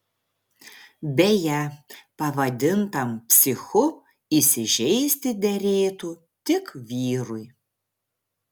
beje pavadintam psichu įsižeisti derėtų tik vyrui